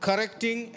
Correcting